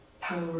power